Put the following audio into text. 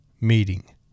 meeting